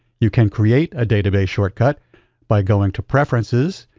you can create a database shortcut by going to preferences,